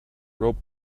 rope